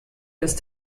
ist